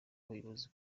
abayobozi